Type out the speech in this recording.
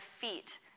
feet